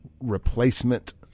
replacement